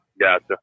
Gotcha